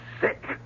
sick